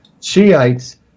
Shiites